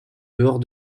dehors